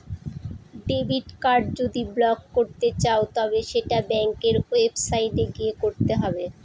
debit card যদি block করতে চাও তবে সেটা ব্যাঙ্কের ওয়েবসাইটে গিয়ে করতে হবে